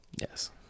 Yes